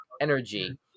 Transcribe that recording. energy